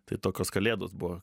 tai tokios kalėdos buvo